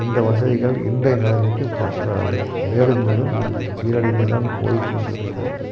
இந்த வசதிகள் இன்றைய நிலமைக்கி பற்றாது மேலும் மேலும் இது சீரழிந்து தான் போய் கொண்டு இருக்கிறது